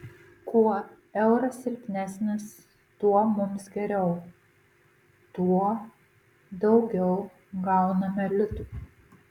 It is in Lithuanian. kuo euras silpnesnis tuo mums geriau tuo daugiau gauname litų